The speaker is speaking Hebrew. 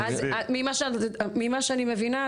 ממה שאני מבינה,